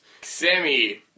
Sammy